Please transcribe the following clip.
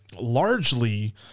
largely